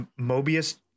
Mobius